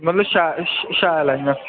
मतलब शै शैल ऐ इयां